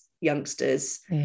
youngsters